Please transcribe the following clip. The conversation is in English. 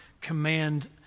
Command